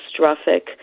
catastrophic